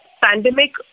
pandemic